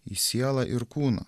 į sielą ir kūną